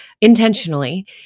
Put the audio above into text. intentionally